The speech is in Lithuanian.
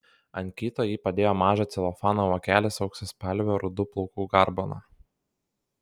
ant kito ji padėjo mažą celofano vokelį su auksaspalve rudų plaukų garbana